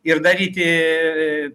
ir daryti